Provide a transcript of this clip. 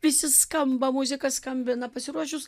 visi skamba muzika skambina pasiruošus